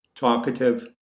talkative